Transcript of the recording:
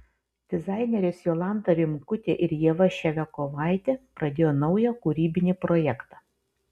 dizainerės jolanta rimkutė ir ieva ševiakovaitė pradėjo naują kūrybinį projektą